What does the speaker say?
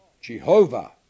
Jehovah